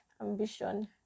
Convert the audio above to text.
ambition